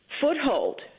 foothold